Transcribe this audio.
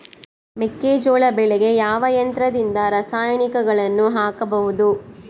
ಮೆಕ್ಕೆಜೋಳ ಬೆಳೆಗೆ ಯಾವ ಯಂತ್ರದಿಂದ ರಾಸಾಯನಿಕಗಳನ್ನು ಹಾಕಬಹುದು?